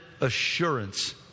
assurance